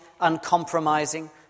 uncompromising